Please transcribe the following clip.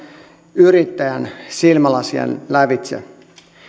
yrittäjän silmälasien lävitse